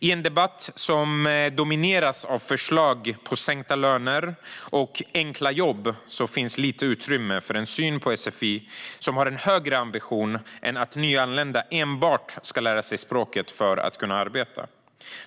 I en debatt som domineras av förslag om sänkta löner och enkla jobb finns lite utrymme för en syn på sfi som något som har högre ambitioner än att nyanlända enbart ska lära sig språket för att kunna arbeta.